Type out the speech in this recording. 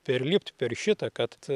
perlipt per šitą kad